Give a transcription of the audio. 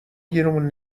گیرمون